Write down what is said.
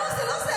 לא, זה לא זה.